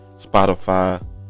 Spotify